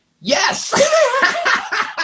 yes